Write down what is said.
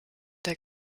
der